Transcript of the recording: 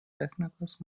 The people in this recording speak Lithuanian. technikos